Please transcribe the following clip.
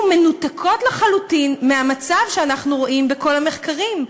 מנותקות לחלוטין מהמצב שאנחנו רואים בכל המחקרים.